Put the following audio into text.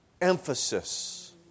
emphasis